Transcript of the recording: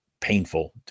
painful